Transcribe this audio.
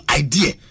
idea